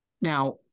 Now